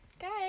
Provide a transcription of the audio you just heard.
Guys